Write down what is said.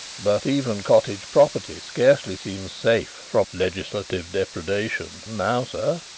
but even cottage property scarcely seems safe from legislative depredation now, sir.